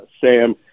Sam